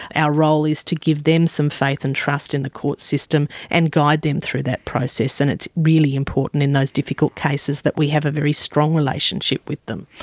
our role is to give them some faith and trust in the court system and guide them through that process. and it's really important in those difficult cases that we have a very strong relationship with them.